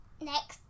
next